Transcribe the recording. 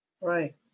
Right